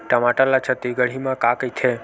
टमाटर ला छत्तीसगढ़ी मा का कइथे?